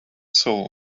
soul